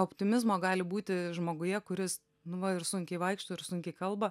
optimizmo gali būti žmoguje kuris nu va ir sunkiai vaikšto ir sunkiai kalba